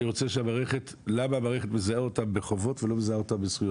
אני רוצה לשאול למה המערכת מזהה אותם בחובות ולא מזהה אותם בזכויות.